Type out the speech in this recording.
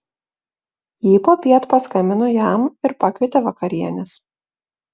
ji popiet paskambino jam ir pakvietė vakarienės